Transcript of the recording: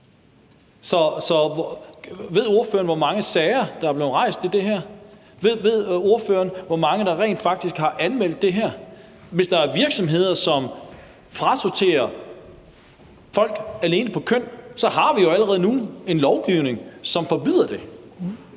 ved ordføreren, hvor mange sager der er blevet rejst om det her? Ved ordføreren, hvor mange der rent faktisk har anmeldt det her? Hvis der er virksomheder, som frasorterer folk alene på grund af køn, så har vi jo allerede nu en lovgivning, som forbyder det.